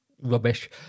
rubbish